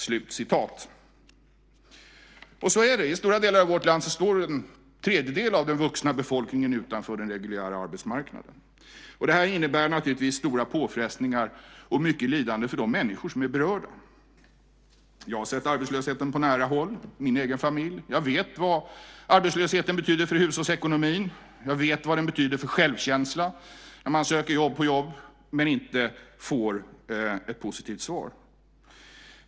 Så är det. I stora delar av vårt land står en tredjedel av den vuxna befolkningen utanför den reguljära arbetsmarknaden. Det här innebär naturligtvis stora påfrestningar och mycket lidande för de människor som är berörda. Jag har sett arbetslösheten på nära håll, i min egen familj. Jag vet vad arbetslösheten betyder för hushållsekonomin. Jag vet vad det betyder för självkänslan när man söker jobb på jobb men inte får ett positivt svar.